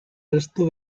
resto